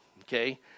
Okay